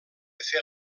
fer